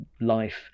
life